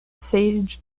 sage